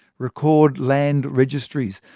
record land registries,